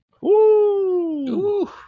Woo